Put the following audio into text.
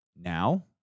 now